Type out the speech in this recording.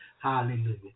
Hallelujah